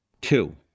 Two